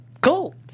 Cool